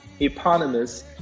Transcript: eponymous